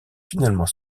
finalement